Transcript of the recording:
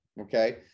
okay